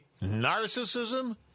narcissism